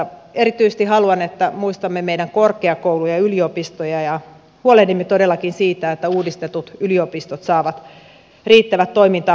erityisesti haluan että muistamme meidän korkeakoulujamme ja yliopistojamme ja huolehdimme todellakin siitä että uudistetut yliopistot saavat riittävät toimintamahdollisuudet